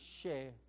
share